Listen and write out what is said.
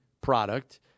product